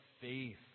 faith